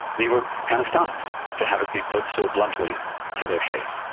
they were kind of stunned to have it be put so bluntly to their face.